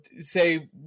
say